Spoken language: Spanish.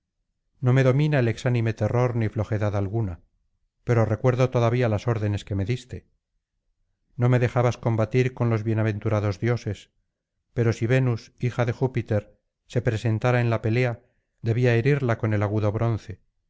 xo me domina el exánime terror ni flojedad alguna pero recuerdo todavía las órdenes que me diste no me dejabas combatir con los bienaventurados dioses pero si venus hija de júpiter se presentara en la pelea debía herirla con el agudo bronce